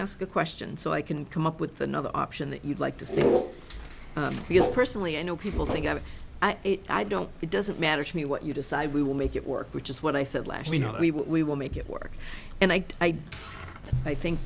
ask a question so i can come up with another option that you'd like to see feel personally i know people think of it i don't it doesn't matter to me what you decide we will make it work which is what i said lashley know we will make it work and i i think